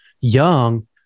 young